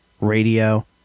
Radio